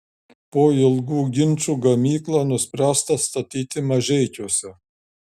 po ilgų ginčų gamyklą nuspręsta statyti mažeikiuose